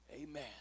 Amen